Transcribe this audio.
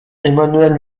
emmanuel